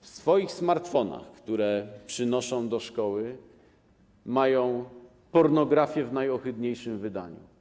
w swoich smartfonach, które przynoszą do szkoły, mają pornografię w najohydniejszym wydaniu.